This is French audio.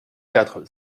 quatre